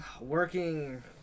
working